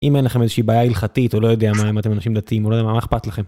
אם אין לכם איזושהי בעיה הלכתית או לא יודע מה, אם אתם אנשים דתיים או לא יודע מה, מה אכפת לכם.